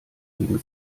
wegen